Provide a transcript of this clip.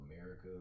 America